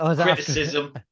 criticism